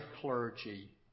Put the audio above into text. clergy